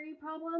problem